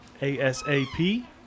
ASAP